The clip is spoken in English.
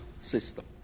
system